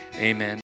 amen